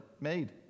made